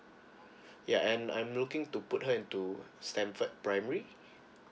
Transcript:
yeah and I'm looking to put her into stanford primary